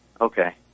Okay